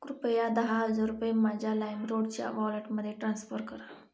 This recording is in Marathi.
कृपया दहा हजार रुपये माझ्या लायमरोडच्या वॉलेटमध्ये ट्रान्स्फर करा